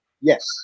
Yes